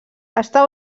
està